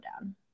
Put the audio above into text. down